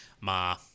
ma